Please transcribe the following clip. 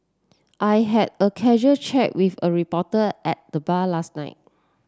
I had a casual chat with a reporter at the bar last night